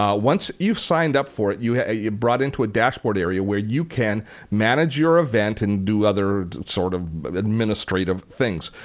um once you've signed up for it, you're brought into a dashboard area where you can manage your event and do other sort of administrative things.